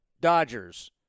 Dodgers